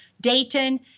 Dayton